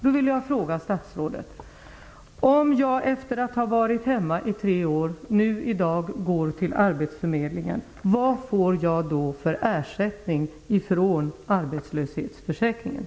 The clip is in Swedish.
Då vill jag fråga statsrådet: Om jag efter att ha varit hemma i tre år i dag går till arbetsförmedlingen, vad får jag då för ersättning från arbetslöshetsförsäkringen?